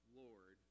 lord